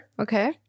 Okay